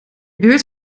buurt